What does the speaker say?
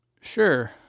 Sure